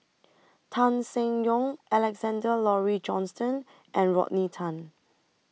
Tan Seng Yong Alexander Laurie Johnston and Rodney Tan